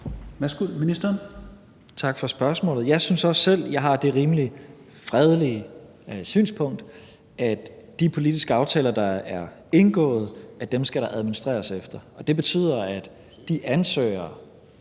(Mattias Tesfaye): Tak for spørgsmålet. Jeg synes også selv, jeg har det rimelig fredelige synspunkt, at de politiske aftaler, der er indgået, skal der administreres efter. Det betyder, at de ansøgere